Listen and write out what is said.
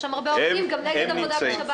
יש שם הרבה עובדים והם גם נגד עבודה בשבת.